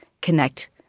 connect